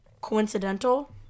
coincidental